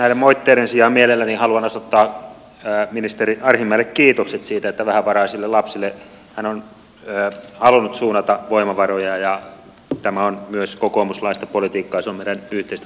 näiden moitteiden sijaan mielelläni haluan osoittaa ministeri arhinmäelle kiitokset siitä että vähävaraisille lapsille hän on halunnut suunnata voimavaroja ja tämä on myös kokoomuslaista politiikkaa se on meidän yhteistä politiikkaamme